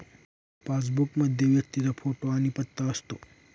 passbook मध्ये व्यक्तीचा photo आणि पत्ता असतो